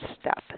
step